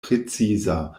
preciza